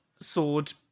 Sword